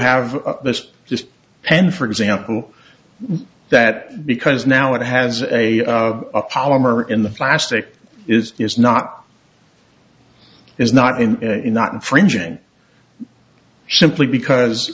have this just pen for example that because now it has a palmer in the plastic is is not is not in not infringing simply because